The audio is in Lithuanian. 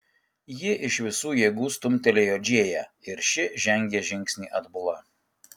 ji iš visų jėgų stumtelėjo džėją ir ši žengė žingsnį atbula